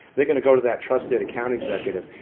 they're going to go to that trusted account executive.